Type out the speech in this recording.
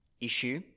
issue